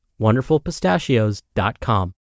wonderfulpistachios.com